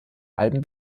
alben